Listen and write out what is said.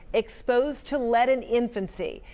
exposed to lead in infancy,